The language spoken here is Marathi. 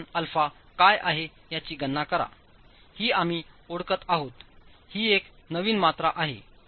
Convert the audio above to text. हे प्रमाण αकायआहे याचीगणना कराहीआम्ही ओळखत आहोतही एक नवीनमात्रा आहे